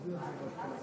תודיע על זה בהתחלה.